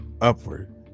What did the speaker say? upward